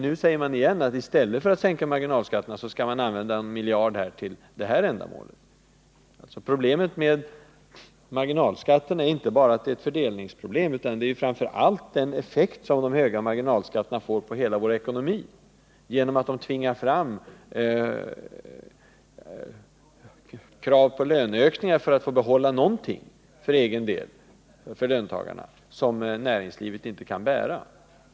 Nu säger Rune Gustavsson att vi i stället för att sänka marginalskatterna skall använda en miljard för att införa en vårdnadsersättning. Marginalskatterna är inte bara ett fördelningspolitiskt problem. Problemet är framför allt den effekt som de höga marginalskatterna får på hela vår ekonomi genom att de från löntagarna tvingar fram krav på löneökningar — för att få behålla någonting för egen del — som näringslivet inte kan bära.